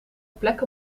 plek